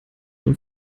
dem